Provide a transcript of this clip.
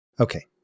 Okay